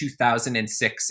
2006